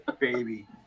baby